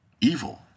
Evil